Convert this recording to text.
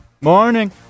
Morning